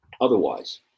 otherwise